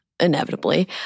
inevitably